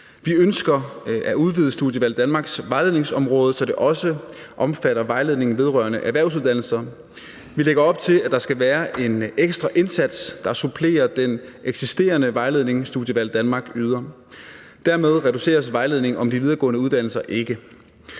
Vi ønsker at udvide Studievalg Danmarks vejledningsområde, så det også omfatter vejledning om erhvervsuddannelser. Vi lægger op til, at der skal være en ekstra indsats, der supplerer den eksisterende vejledning, Studievalg Danmark yder. Dermed reduceres vejledningen om de videregående uddannelser ikke.